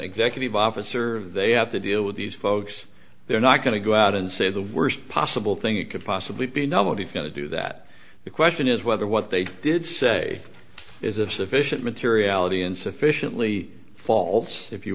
executive officer of they have to deal with these folks they're not going to go out and say the worst possible thing it could possibly be nobody's going to do that the question is whether what they did say is of sufficient materiality and sufficiently faults if you